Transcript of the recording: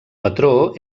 patró